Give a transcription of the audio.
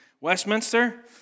Westminster